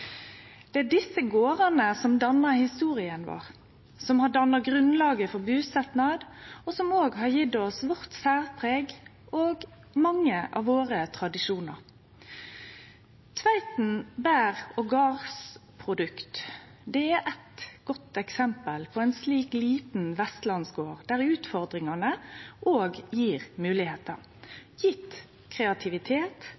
Det er desse gardane som dannar historia vår, som har danna grunnlaget for busetnad og som òg har gitt oss særpreget vårt og mange av tradisjonane våre. Tveiten bær og gardsprodukter er eit godt eksempel på ein slik liten vestlandsgard der utfordringane òg gir moglegheiter – gitt kreativitet og